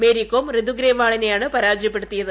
മേരികോം ഋതു ഗ്രേവാളിനെയാണ് പരാജയപ്പെടുത്തിയത്